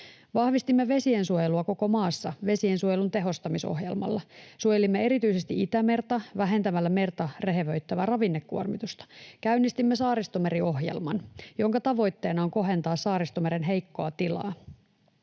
Vahvistimme vesiensuojelua koko maassa vesiensuojelun tehostamisohjelmalla. Suojelimme erityisesti Itämerta vähentämällä merta rehevöittävää ravinnekuormitusta. Käynnistimme Saaristomeri-ohjelman, jonka tavoitteena on kohentaa Saaristomeren heikkoa tilaa.